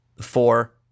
Four